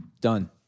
Done